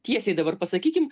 tiesiai dabar pasakykim